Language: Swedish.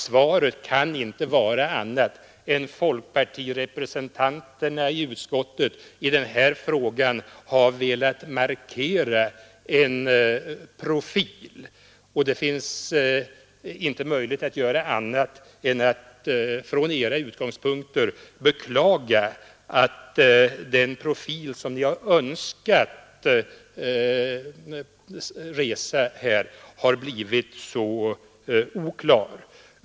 Svaret kan inte vara något annat än att folkpartirepresentanterna i utskottet i denna fråga har velat markera en profil, och jag kan bara för deras egen skull beklaga att den profilen har blivit så oklar.